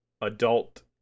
adult